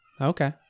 Okay